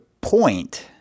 point